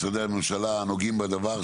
משרדי הממשלה הנוגעים בדבר,